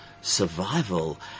survival